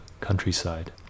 countryside